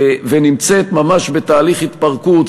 ונמצאת ממש בתהליך התפרקות.